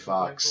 Fox